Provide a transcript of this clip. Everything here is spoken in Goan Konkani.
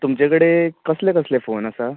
तुमचे कडेन कसले कसले फोन आसात